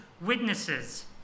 witnesses